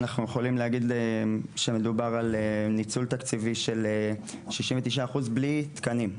אנחנו יכולים להגיד שמדובר על ניצול תקציבי של 69% בלי תקנים,